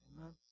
Amen